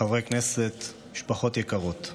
חברי כנסת, משפחות יקרות,